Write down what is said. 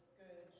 good